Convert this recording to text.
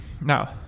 Now